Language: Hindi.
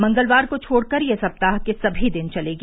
मंगलवार को छोड़कर यह सप्ताह के सभी दिन चलेगी